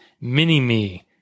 mini-me